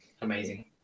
Amazing